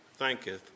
thanketh